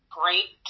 great